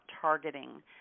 targeting